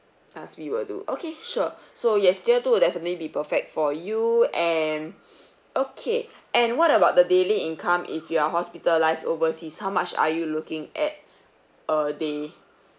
class B will do okay sure so yes tier two will definitely be perfect for you and okay and what about the daily income if you are hospitalised overseas how much are you looking at a day